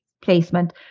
placement